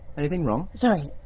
anything wrong? so?